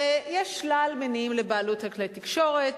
ויש שלל מניעים לבעלות על כלי תקשורת.